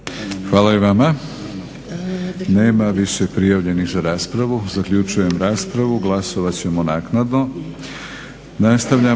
Hvala i vama. Nema više prijavljenih za raspravu. Zaključujem raspravu. Glasovat ćemo naknadno.